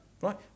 Right